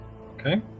Okay